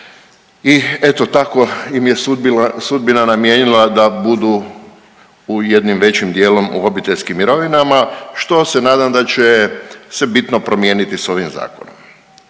I eto tako im je sudbina namijenila da budu jednim većim dijelom u obiteljskim mirovinama što se nadam da će se bitno promijeniti sa ovim zakonom.